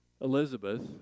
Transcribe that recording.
Elizabeth